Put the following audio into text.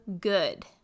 good